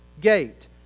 gate